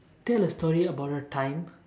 tell a story about a time